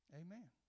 Amen